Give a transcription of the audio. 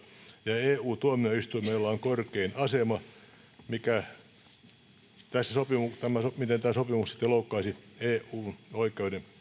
ja eu tuomioistuimella on korkein asema sen suhteen miten tämä sopimus sitten loukkaisi eun oikeuden